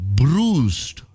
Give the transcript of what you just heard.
bruised